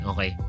Okay